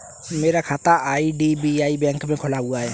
मेरा खाता IDBI bank में खुला हुआ है